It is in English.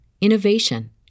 innovation